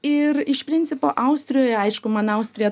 ir iš principo austrijoje aišku man austrija